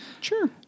sure